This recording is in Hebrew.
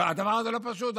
הדבר הזה לא פשוט.